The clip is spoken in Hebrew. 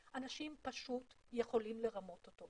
אנשים פשוט יכולים לרמות אותו.